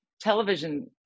television